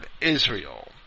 Israel